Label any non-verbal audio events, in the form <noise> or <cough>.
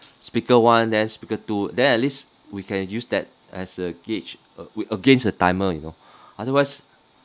speaker one then speaker two then at least we can use that as a gauge uh <noise> against the timer you know <breath> otherwise